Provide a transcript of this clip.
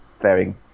varying